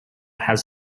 has